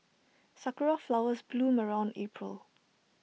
Sakura Flowers bloom around April